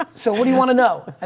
um so what do you want to know? and